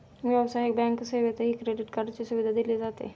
व्यावसायिक बँक सेवेतही क्रेडिट कार्डची सुविधा दिली जाते